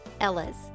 Ella's